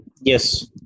Yes